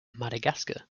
madagascar